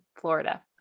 Florida